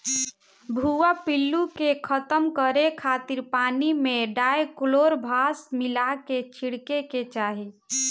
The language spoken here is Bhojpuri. भुआ पिल्लू के खतम करे खातिर पानी में डायकलोरभास मिला के छिड़के के चाही